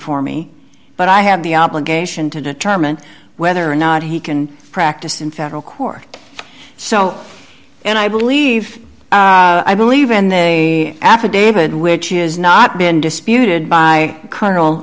for me but i have the obligation to determine whether or not he can practice in federal court so and i believe i believe in the affidavit which is not been disputed by colonel